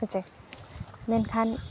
ᱦᱮᱸ ᱪᱮ ᱢᱮᱱᱠᱷᱟᱱ